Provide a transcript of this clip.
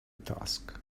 task